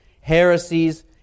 heresies